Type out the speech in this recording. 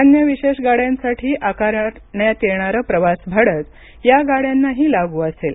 अन्य विशेष गाड्यांसाठी आकारण्यात येणारं प्रवासभाडंच या गाड्यांनाही लागू असेल